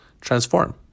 transform